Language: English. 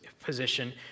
position